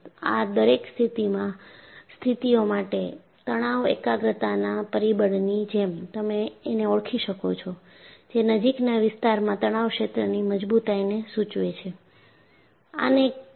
આ દરેક સ્થિતિઓ માટેતણાવ એકાગ્રતાના પરિબળની જેમ તમે એને ઓળખી શકો છો જે નજીકના વિસ્તારમાં તણાવ ક્ષેત્રની મજબૂતાઈને સૂચવે છે